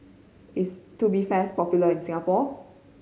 is Tubifast popular in Singapore